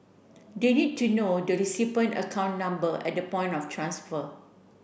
the need to know the recipient account number at the point of transfer